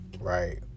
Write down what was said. right